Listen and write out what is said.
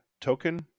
token